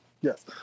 Yes